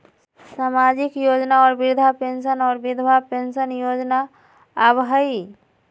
सामाजिक योजना में वृद्धा पेंसन और विधवा पेंसन योजना आबह ई?